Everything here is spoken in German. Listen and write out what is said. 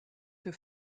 für